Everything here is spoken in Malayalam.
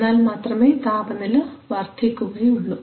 എന്നാൽ മാത്രമേ താപനില വർദ്ധിക്കുകയുള്ളൂ